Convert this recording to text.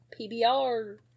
PBR